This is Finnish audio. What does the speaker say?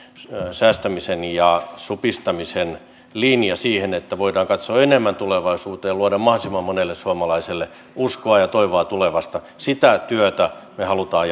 säästämisen ja supistamisen linja siihen että voidaan katsoa enemmän tulevaisuuteen ja luoda mahdollisimman monelle suomalaiselle uskoa ja toivoa tulevasta sitä työtä me haluamme